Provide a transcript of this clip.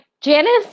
Janice